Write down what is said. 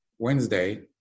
Wednesday